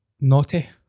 naughty